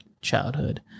childhood